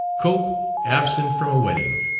cope absent from a wedding